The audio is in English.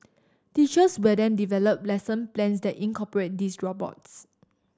teachers will then develop lesson plans that incorporate these robots